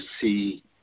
see